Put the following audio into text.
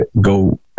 go